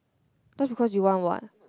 just because you want what